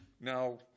now